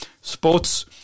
sports